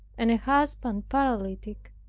and a husband paralytic,